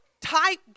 type